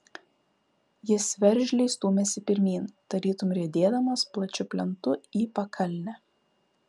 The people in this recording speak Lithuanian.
jis veržliai stūmėsi pirmyn tarytum riedėdamas plačiu plentu į pakalnę